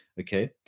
Okay